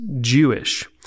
Jewish